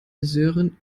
sören